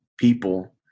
people